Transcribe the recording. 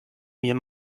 mir